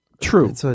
True